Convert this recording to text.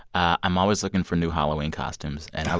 i'm always looking for new halloween costumes. and.